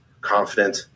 confident